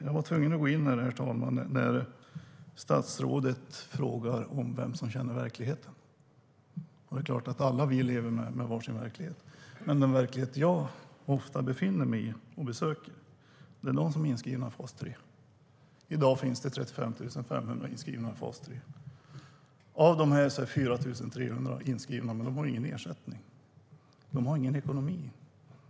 Jag var tvungen att gå upp i debatten när statsrådet frågade vem som känner verkligheten. Alla lever vi med var sin verklighet. Den verklighet jag ofta möter vid mina besök är att det alltid finns någon är i fas 3. I dag finns det 35 500 inskrivna i fas 3. Av dessa har 4 300 ingen ersättning; de har ingen ekonomi.